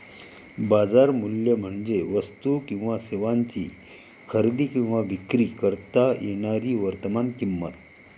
बाजार मूल्य म्हणजे वस्तू किंवा सेवांची खरेदी किंवा विक्री करता येणारी वर्तमान किंमत